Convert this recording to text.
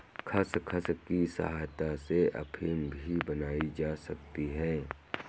खसखस की सहायता से अफीम भी बनाई जा सकती है